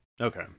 Okay